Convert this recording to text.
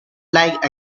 like